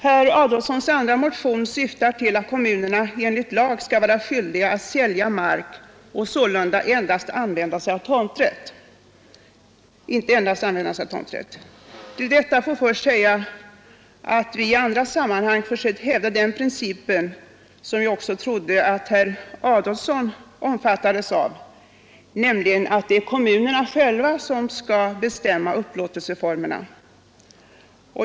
Herr Adolfssons andra motion syftar till att kommunerna enligt lag skall bli skyldiga att sälja mark och sålunda inte endast använda sig av tomträtt. Jag vill till att börja med säga att vi i andra sammanhang försökt hävda den principen — som jag också trodde att herr Adolfsson anslöt sig till — att kommunerna själva skall bestämma upplåtelseformerna.